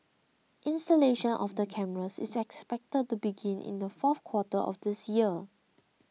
installation of the cameras is expected to begin in the fourth quarter of this year